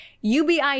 UBI